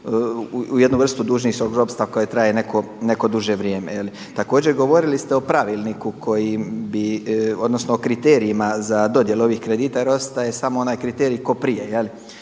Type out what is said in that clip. u jednu vrstu dužničkog ropstva koje traje neko duže vrijeme. Također govorili ste o pravilniku koji bi odnosno o kriterijima za dodjelu ovih kredita jer ostaje samo onaj kriterij tko prije,